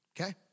okay